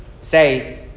say